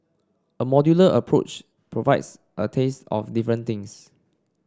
a modular approach provides a taste of different things